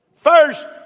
First